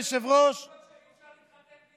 גם כשאתה, זוגות שאי-אפשר שיתחתנו בישראל.